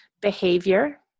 behavior